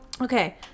okay